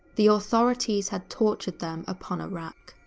the authorities had tortured them upon a rack.